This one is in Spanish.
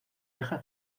deja